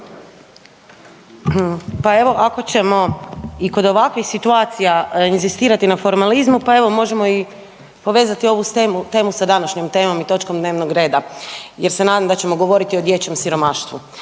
Pa evo ako ćemo i kod ovakvih situacija inzistirati na formalizmu pa evo možemo i povezati ovu temu sa današnjom temom i točkom dnevnog reda jer se nadam da ćemo govoriti i o dječjem siromaštvu,